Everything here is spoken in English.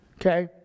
Okay